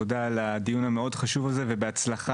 תודה על הדיון המאוד חשוב הזה ובהצלחה